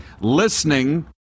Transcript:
listening